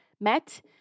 met